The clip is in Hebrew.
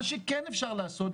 מה שכן אפשר לעשות,